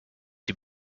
die